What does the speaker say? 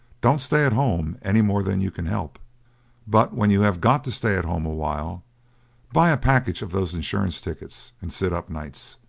don't stay at home any more than you can help but when you have got to stay at home a while, buy a package of those insurance tickets and sit up nights.